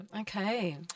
Okay